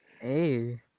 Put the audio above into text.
Hey